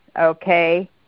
okay